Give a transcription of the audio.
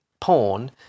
porn